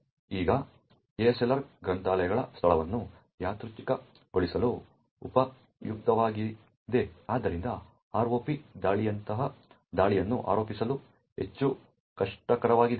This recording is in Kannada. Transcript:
ಈಗ ASLR ಗ್ರಂಥಾಲಯಗಳ ಸ್ಥಳವನ್ನು ಯಾದೃಚ್ಛಿಕಗೊಳಿಸಲು ಉಪಯುಕ್ತವಾಗಿದೆ ಆದ್ದರಿಂದ ROP ದಾಳಿಯಂತಹ ದಾಳಿಯನ್ನು ಆರೋಹಿಸಲು ಹೆಚ್ಚು ಕಷ್ಟಕರವಾಗಿದೆ